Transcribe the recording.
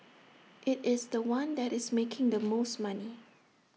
IT is The One that is making the most money